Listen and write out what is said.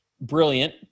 brilliant